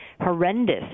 horrendous